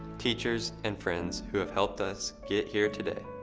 teachers, and friends who have helped us get here today.